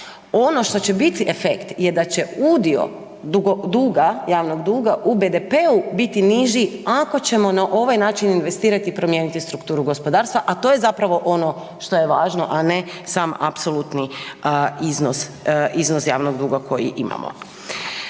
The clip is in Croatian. Ono što će biti efekt je da će udio duga, javnog duga u BDP-u biti niži ako ćemo na ovaj način investirati i promijeniti strukturu gospodarstva, a to je zapravo ono što je važno, a ne sam apsolutni iznos javnog duga koji imamo.